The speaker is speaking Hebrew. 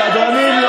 סדרנים,